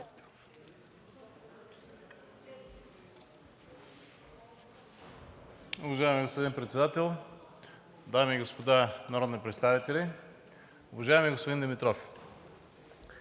Уважаеми господин Председател, дами и господа народни представители! Уважаеми господин Димитров,